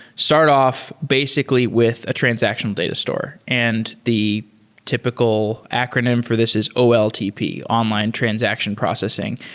start off basically with a transaction data store, and the typical acronym for this is oltp, online transaction processing.